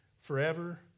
forever